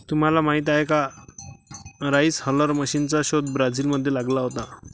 तुम्हाला माहीत आहे का राइस हलर मशीनचा शोध ब्राझील मध्ये लागला होता